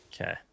Okay